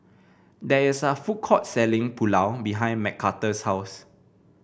there is a food court selling Pulao behind Mcarthur's house